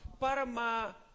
para